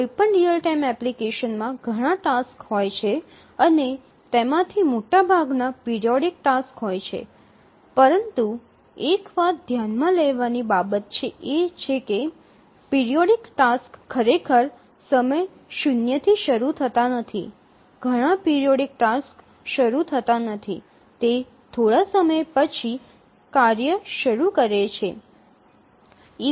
કોઈપણ real time એપ્લિકેશનમાં ઘણાં ટાસક્સ હોય છે અને તેમાંથી મોટા ભાગના પિરિયોડિક ટાસક્સ હોય છે પરંતુ એક વાત ધ્યાનમાં લેવાની બાબત એ છે કે પિરિયોડિક ટાસક્સ ખરેખર શૂન્ય સમયથી શરૂ થતા નથી ઘણા પિરિયોડિક ટાસક્સ શરૂ થતા નથી તે થોડા સમય પછી કાર્ય શરૂ કરે છે